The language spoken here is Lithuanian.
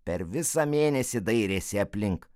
per visą mėnesį dairėsi aplink